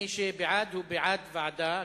מי שבעד הוא בעד ועדה,